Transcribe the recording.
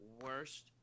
worst